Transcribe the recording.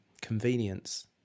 convenience